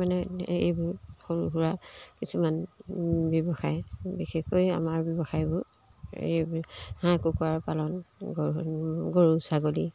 মানে এইবোৰ সৰু সুৰা কিছুমান ব্যৱসায় বিশেষকৈ আমাৰ ব্যৱসায়বোৰ এই হাঁহ কুকুৰা পালন গৰু গৰু ছাগলী